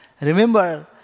Remember